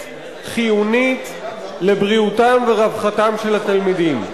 חיונית לבריאותם ורווחתם של התלמידים.